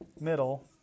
middle